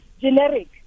generic